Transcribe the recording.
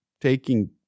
taking